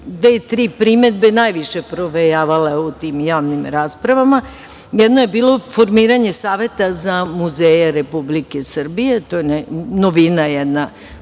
tri primedbe najviše provejavale u tim javnim raspravama. Jedno je bilo formiranje saveta za muzeje Republike Srbije. To je jedna